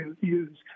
use